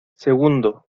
segundo